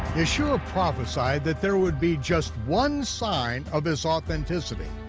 yeshua prophesied that there would be just one sign of his authenticity.